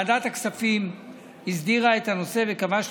ועדת הכספים הסדירה את הנושא וקבעה